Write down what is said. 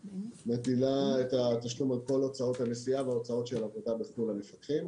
שמטילה את התשלום על כל הוצאות הנסיעה והוצאות של עבודה למפקחים.